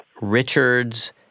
Richards